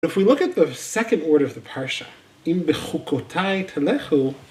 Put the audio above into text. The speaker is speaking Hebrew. אם אנחנו נסתכל על הציטוט השני של הפרשה אם בחוקותיי תלכו